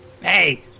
hey